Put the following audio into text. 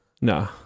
no